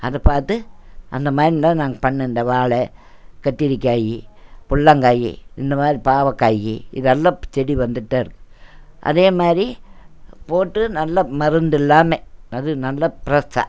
அதைப் பார்த்து அந்தமாரிம்தான் நாங்க பண்ண இந்த வாழை கத்திரிக்காய் பொல்லாங்காய் இந்தமாதிரி பாவக்காய் இது அல்லாப் செடி வந்துட்டுதான் இருக்கு அதேமாதிரி போட்டு நல்லா மருந்தில்லாம அது நல்லா பிரெட்ஷா